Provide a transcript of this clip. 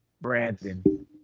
Brandon